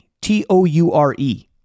T-O-U-R-E